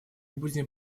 будем